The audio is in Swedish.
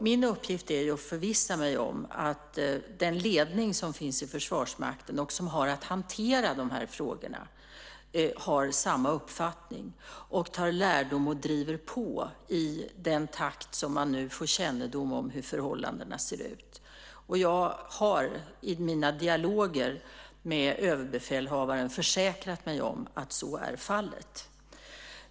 Min uppgift är att förvissa mig om att den ledning som finns i Försvarsmakten och som har att hantera de här frågorna har samma uppfattning och tar lärdom och driver på i den takt man får kännedom om förhållandena. Jag har i mina dialoger med överbefälhavaren försäkrat mig om att så är fallet.